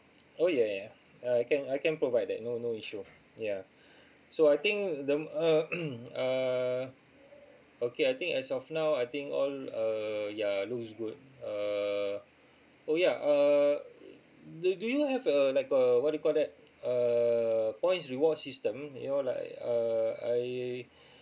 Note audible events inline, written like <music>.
oh yeah I can I can provide that no no issue yeah so I think the uh <coughs> uh okay I think as of now I think all uh ya looks good uh oh yeah uh do do you have a like uh what you call that uh points reward system you know like uh I